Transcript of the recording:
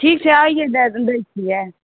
ठीक छै आइये दए दै छियै